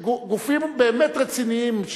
גופים באמת רציניים,